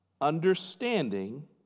Understanding